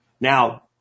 Now